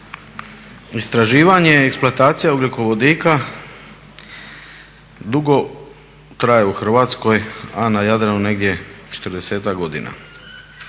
istraživanje i eksploatacija ugljikovodika dugo traje u Hrvatskoj, a na Jadranu negdje 40-ak godina.